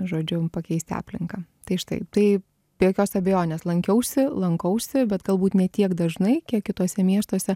žodžiu pakeisti aplinką tai štai tai be jokios abejonės lankiausi lankausi bet galbūt ne tiek dažnai kiek kituose miestuose